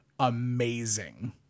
amazing